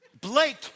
Blake